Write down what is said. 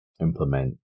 implement